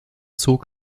zog